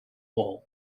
all